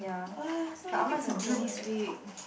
!uh! so many things to do this week